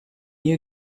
you